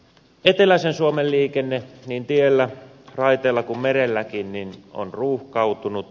eteläisen suomen liikenne niin tiellä raiteella kuin merelläkin on ruuhkautunut